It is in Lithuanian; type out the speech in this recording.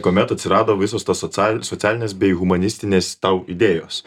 kuomet atsirado visos tos social socialinės bei humanistinės tau idėjos